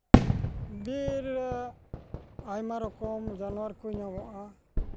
ᱵᱤᱨ ᱟᱭᱢᱟ ᱨᱚᱠᱚᱢ ᱡᱟᱱᱣᱟᱨ ᱠᱚ ᱧᱟᱢᱚᱜᱼᱟ